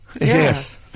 Yes